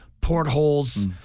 portholes